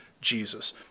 Jesus